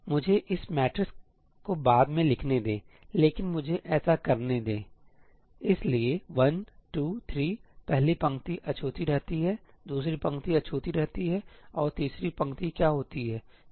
इसलिए मुझे इस मैट्रिक्स को बाद में लिखने दें लेकिन मुझे ऐसा करने दें इसलिए 1 2 3 पहली पंक्ति अछूती रहती है दूसरी पंक्ति अछूती रहती है और तीसरी पंक्ति क्या होती है